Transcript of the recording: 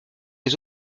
les